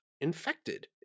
infected